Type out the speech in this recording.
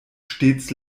stets